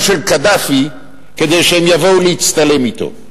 של קדאפי כדי שהם יבואו להצטלם אתו.